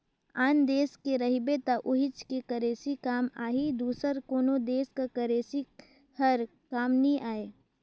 आन देस गे रहिबे त उहींच के करेंसी काम आही दूसर कोनो देस कर करेंसी हर काम नी आए